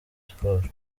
sports